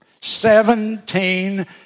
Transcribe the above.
Seventeen